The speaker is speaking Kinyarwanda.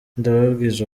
ndababwiza